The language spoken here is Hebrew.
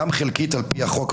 גם חלקית על פי החוק,